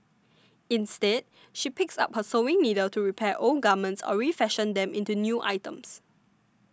instead she picks up her sewing needle to repair old garments or refashion them into new items